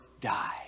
die